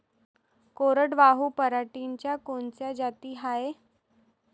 कोरडवाहू पराटीच्या कोनच्या जाती हाये?